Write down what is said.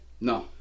No